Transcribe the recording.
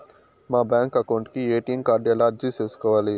మా bank account కు ATM card ఎలా అర్జీ సేసుకోవాలి?